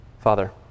Father